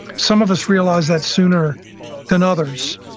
some of us realize that sooner than others,